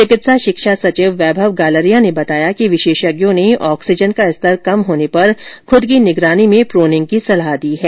चिकित्सा शिक्षा सचिव वैभव गालरिया ने बताया कि विशेषज्ञों ने ऑक्सीजन का स्तर कम होने पर खुद की निगरानी में प्रोनिंग की सलाह दी है